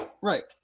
Right